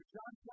John